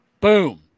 boom